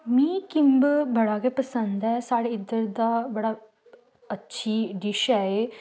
मी किम्ब बड़ा गै पसंद ऐ साढ़े इद्धर दा बड़ा अच्छी डिश ऐ एह्